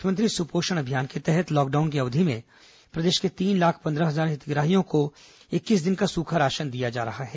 मुख्यमंत्री सुपोषण अभियान के तहत लॉकडाउन की अवधि में प्रदेश के तीन लाख पंद्रह हजार हितग्राहियों को इक्कीस दिन का सूखा राशन दिया जा रहा है